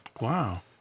Wow